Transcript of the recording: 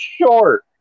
short